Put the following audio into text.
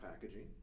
packaging